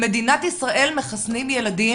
במדינת ישראל מחסנים ילדים,